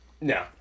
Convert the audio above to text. No